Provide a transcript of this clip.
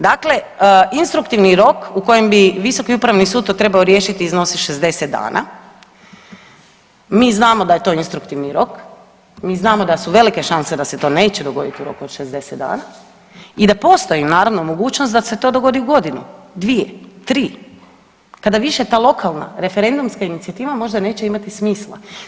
Dakle, instruktivni rok u kojem bi Visoki upravni sud to trebao riješiti iznosi 60 dana, mi znamo da je to instruktivni rok, mi znamo da su velike šanse da se to neće dogoditi u roku od 60 dana i da postoji naravno mogućnost da se to dogodi u godinu, dvije, tri, kada više ta lokalna referendumska inicijativa možda neće imati smisla.